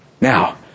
Now